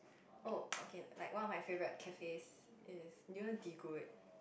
oh okay like one of my favourite cafe is is you know D good